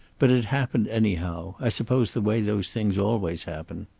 but it happened anyhow i suppose the way those things always happen.